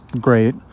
great